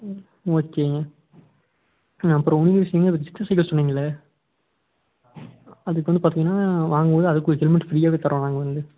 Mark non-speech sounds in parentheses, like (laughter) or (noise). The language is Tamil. ஓகேங்க அப்பறம் இன்னொரு விஷயங்க (unintelligible) சைக்கிள் சொன்னீங்கள்ல அதுக்கு வந்து பார்த்திங்கனா வாங்கும்போது அதுக்கு ஒரு ஹெல்மெட் ஃப்ரீயாகவே தர்றோம் நாங்கள் வந்து